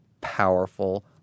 powerful